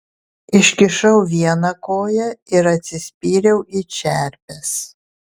iškišau vieną koją ir atsispyriau į čerpes